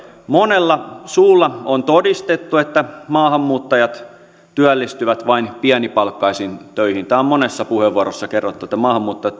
monella suulla on todistettu että maahanmuuttajat työllistyvät vain pienipalkkaisiin töihin tämä on monessa puheenvuorossa kerrottu että maahanmuuttajat